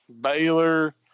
Baylor